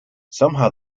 somehow